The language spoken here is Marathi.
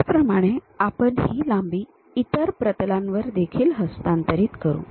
त्याचप्रमाणे आपण ही लांबी इतर प्रतलांवर देखील हस्तांतरित करू